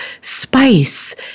spice